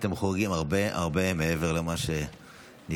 אתם חורגים הרבה הרבה מעבר למה שניתן,